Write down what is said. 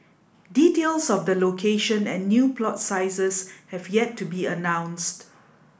details of the location and new plot sizes have yet to be announced